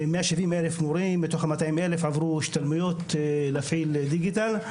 170,000 מורים מתוך ה-200,000 עברו השתלמויות להפעיל דיגיטל.